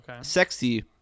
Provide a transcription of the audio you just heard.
sexy